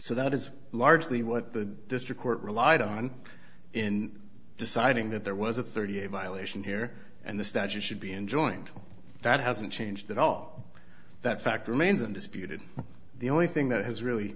so that is largely what the district court relied on in deciding that there was a thirty eight violation here and the statute should be enjoined that hasn't changed at all that fact remains undisputed the only thing that has really